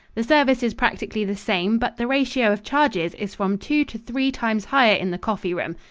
the service is practically the same, but the ratio of charges is from two to three times higher in the coffee room.